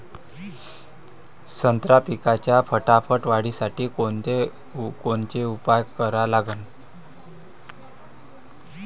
संत्रा पिकाच्या फटाफट वाढीसाठी कोनचे उपाव करा लागन?